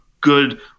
good